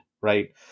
right